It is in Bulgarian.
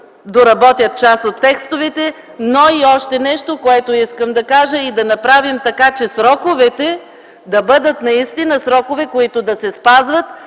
доработят част от текстовете. И още нещо, което искам да кажа: да направим така, че сроковете да бъдат наистина срокове, които да се спазват,